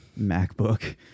macbook